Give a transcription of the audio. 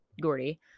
Gordy